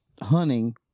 hunting